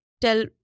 tell